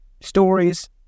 stories